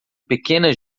pequena